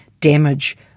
damage